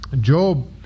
Job